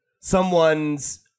someone's –